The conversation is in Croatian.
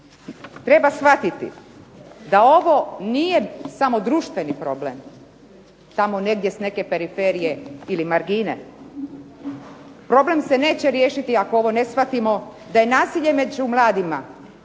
treba shvatiti da ovo nije samo društveni problem tamo negdje s neke periferije ili margine. Problem se neće riješiti ako ovo ne shvatimo da je nasilje među mladima